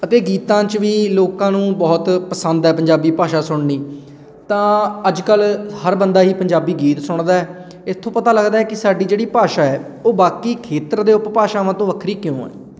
ਅਤੇ ਗੀਤਾਂ 'ਚ ਵੀ ਲੋਕਾਂ ਨੂੰ ਬਹੁਤ ਪਸੰਦ ਹੈ ਪੰਜਾਬੀ ਭਾਸ਼ਾ ਸੁਣਨੀ ਤਾਂ ਅੱਜ ਕੱਲ੍ਹ ਹਰ ਬੰਦਾ ਹੀ ਪੰਜਾਬੀ ਗੀਤ ਸੁਣਦਾ ਇੱਥੋਂ ਪਤਾ ਲੱਗਦਾ ਕਿ ਸਾਡੀ ਜਿਹੜੀ ਭਾਸ਼ਾ ਹੈ ਉਹ ਬਾਕੀ ਖੇਤਰ ਦੇ ਉਪਭਾਸ਼ਾਵਾਂ ਤੋਂ ਵੱਖਰੀ ਕਿਉਂ ਹੈ